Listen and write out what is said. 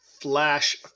flash